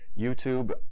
YouTube